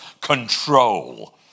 Control